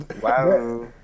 wow